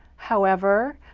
however,